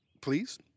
Please